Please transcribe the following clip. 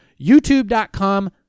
youtube.com